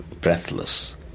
breathless